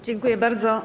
Dziękuję bardzo.